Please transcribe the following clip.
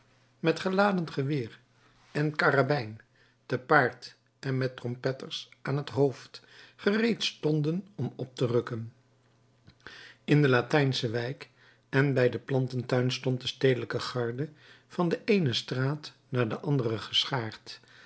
met geladen geweer en karabijn te paard en met trompetters aan t hoofd gereed stonden om op te rukken in de latijnsche wijk en bij den plantentuin stond de stedelijke garde van de eene straat naar de andere geschaard